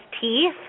teeth